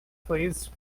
please